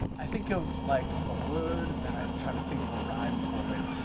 i think of like, a word, and then i try to think of a rhyme for it.